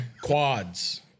quads